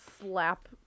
slap